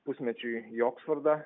pusmečiui į oksfordą